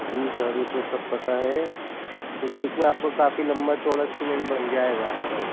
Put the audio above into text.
جی sir یہ تو سب پتہ ہے لیکن اِس میں آپ کو کا کافی لمبا چوڑا انسٹومیٹ بن جائے گا آپ کا